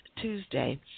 Tuesday